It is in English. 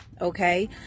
okay